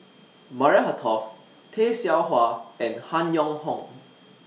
Maria Hertogh Tay Seow Huah and Han Yong Hong